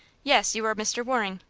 yes you are mr. waring.